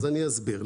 אני אסביר.